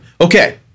Okay